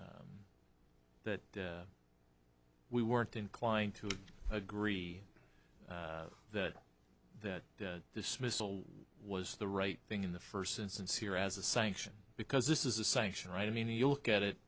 t we weren't inclined to agree that that this missile was the right thing in the first instance here as a sanction because this is a sanction right i mean you look at it